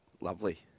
Lovely